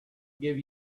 give